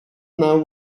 know